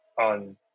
on